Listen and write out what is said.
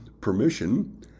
permission